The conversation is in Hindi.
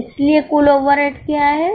इसलिए कुल ओवरहेड क्या है